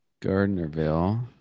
gardnerville